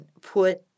put